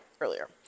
earlier